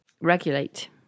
regulate